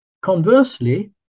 Conversely